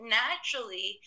naturally